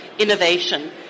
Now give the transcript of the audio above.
innovation